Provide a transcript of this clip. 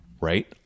right